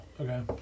okay